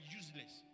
useless